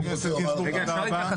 חבר הכנסת גינזבורג, תודה רבה.